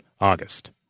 August